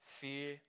fear